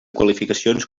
qualificacions